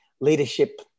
leadership